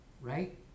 right